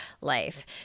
life